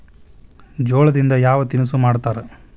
ಜೋಳದಿಂದ ಯಾವ ತಿನಸು ಮಾಡತಾರ?